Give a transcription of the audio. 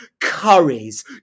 curries